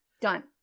Done